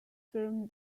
firm